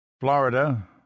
Florida